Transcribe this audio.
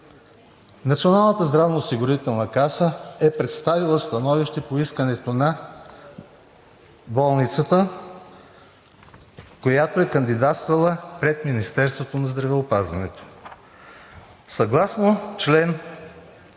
Националната здравноосигурителна каса е представила становище по искането на болницата, която е кандидатствала пред Министерството на здравеопазването. Съгласно чл.